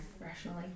rationally